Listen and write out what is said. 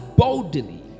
boldly